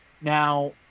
now